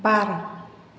बार